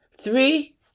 Three